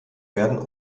werden